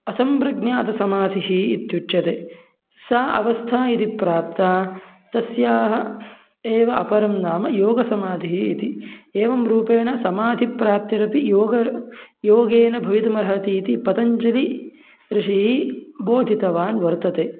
असम्प्रज्ञातसमाधिः इत्युच्यते सा अवस्था यदि प्राप्ता तस्याः एव अपरं नाम योगसमाधिः इति एवं रूपेण समाधिप्राप्तिरपि योगः योगेन भवितुमर्हति इति पतञ्जलि ऋषिः बोधितवान् वर्तते